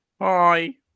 Hi